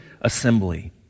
assembly